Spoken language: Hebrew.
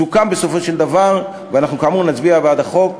סוכם בסופו של דבר, ואנחנו כאמור נצביע בעד החוק,